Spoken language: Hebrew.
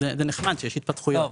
זה נחמד שיש התפתחויות.